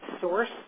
source